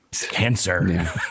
Cancer